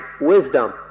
wisdom